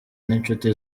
n’incuti